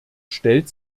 stellt